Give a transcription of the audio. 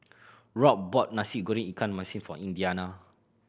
Rob bought Nasi Goreng ikan masin for Indiana